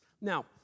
Now